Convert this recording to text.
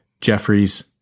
Jeffries